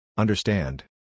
Understand